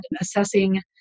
assessing